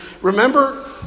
remember